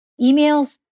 emails